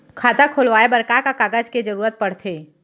खाता खोलवाये बर का का कागज के जरूरत पड़थे?